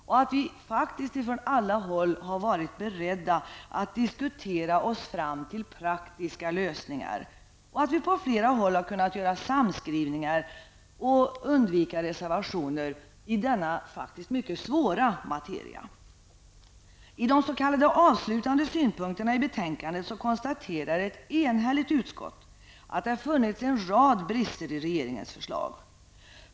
Vi har faktiskt från alla håll varit beredda att diskutera oss fram till praktiska lösningar, och vi har på flera håll kunnat göra samskrivningar och undvika reservationer i denna mycket svåra materia. I de s.k. avslutande synpunkterna i betänkandet konstaterar ett enhälligt utskott att det funnits en rad brister i regeringens förslag.